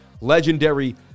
legendary